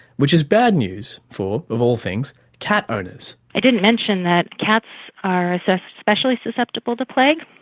which is bad news for, of all things, cat owners. i didn't mention that cats are especially susceptible to plague,